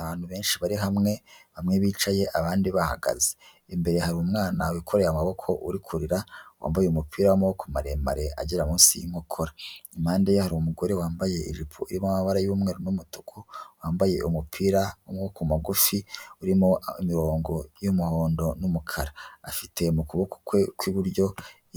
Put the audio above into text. Abantu benshi bari hamwe, bamwe bicaye abandi bahagaze. Imbere hari umwana wikoreye amaboko uri kurira wambaye umupira w'amaboko maremare agera munsi y'inkokora . Impande ye hari umugore wambaye ijipo y'amabara y'umweru n' umutuku wambaye umupira w'amaboko mugufi urimo imirongo y'umuhondo n'umukara afite mu kuboko kwe kw'iburyo